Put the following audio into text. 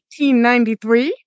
1893